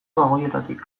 bagoietatik